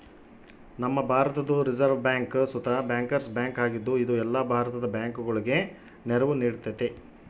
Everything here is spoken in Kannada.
ನಮ್ಮ ಭಾರತುದ್ ರಿಸೆರ್ವ್ ಬ್ಯಾಂಕ್ ಸುತ ಬ್ಯಾಂಕರ್ಸ್ ಬ್ಯಾಂಕ್ ಆಗಿದ್ದು, ಇದು ಎಲ್ಲ ಭಾರತದ ಬ್ಯಾಂಕುಗುಳಗೆ ನೆರವು ನೀಡ್ತತೆ